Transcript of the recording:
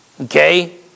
Okay